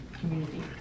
community